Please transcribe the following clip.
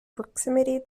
proximity